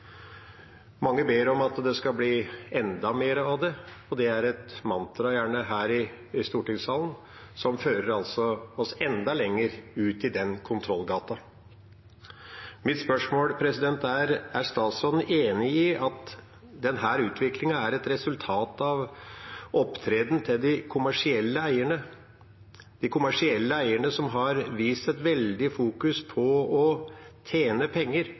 Mange ber om at det skal bli enda mer av det, og det er gjerne et mantra her i stortingssalen som fører oss enda lenger ut i den kontrollgata. Mitt spørsmål er: Er statsråden enig i at denne utviklingen er et resultat av opptredenen til de kommersielle eierne – de kommersielle eierne som har vist et veldig fokus på å tjene penger